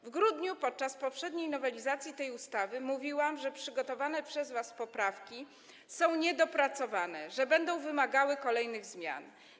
W grudniu, podczas poprzedniej nowelizacji tej ustawy, mówiłam, że przygotowane przez was poprawki są niedopracowane, że będą wymagały kolejnych zmian.